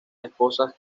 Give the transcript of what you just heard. esposas